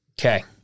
okay